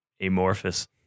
Amorphous